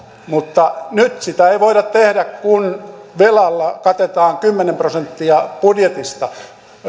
mutta nyt sitä ei voida tehdä kun velalla katetaan kymmenen prosenttia budjetista